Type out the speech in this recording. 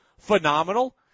phenomenal